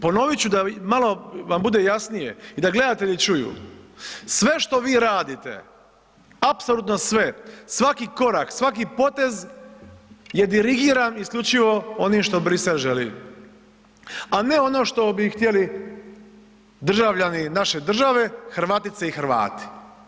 Ponovit ću da malo vaš bude jasnije i da gledatelji čuju, sve što vi radite, apsolutno sve, svaki korak, svaki potez je dirigiran isključivo onim što Bruxelles želi, a one ono što bi htjeli državljani naše države, Hrvatice i Hrvati.